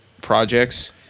projects